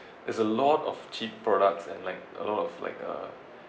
there's a lot of cheap products and like a lot of like uh